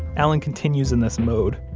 allen continues in this mode,